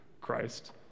Christ